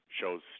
shows